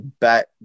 back